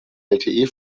lte